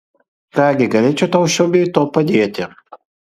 ką gi galėčiau tau šiuo bei tuo padėti